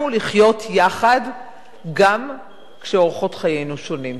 לחיות יחד גם כשאורחות חיינו שונים.